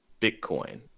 bitcoin